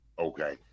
Okay